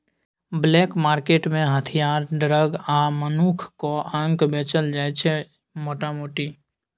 black market मे हथियार, drug आ मनुखक अंग बेचल जाइ छै मोटा मोटी